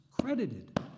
credited